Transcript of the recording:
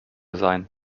sein